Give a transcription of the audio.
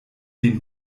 den